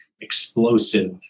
explosive